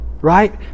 right